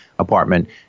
apartment